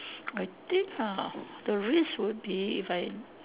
I think ah the risk would be if I